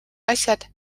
asjad